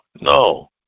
No